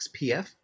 XPF